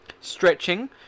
stretching